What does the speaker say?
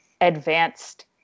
advanced